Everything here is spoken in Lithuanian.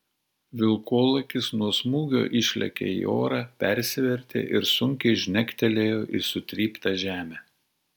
vilkolakis nuo smūgio išlėkė į orą persivertė ir sunkiai žnektelėjo į sutryptą žemę